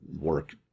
work